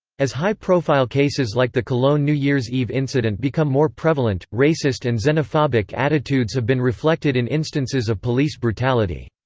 as high profile cases like the cologne new year's eve incident become more prevalent, racist and xenophobic attitudes have been reflected in instances of police brutality.